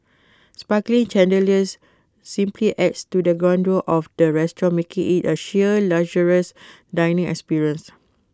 sparkling chandeliers simply adds to the grandeur of the restaurant making IT A sheer luxurious dining experience